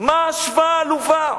מה ההשוואה העלובה?